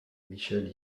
michelle